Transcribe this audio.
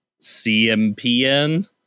cmpn